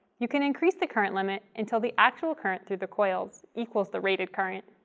you can increase the current limit until the actual current through the coils equals the rated current.